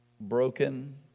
Broken